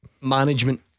management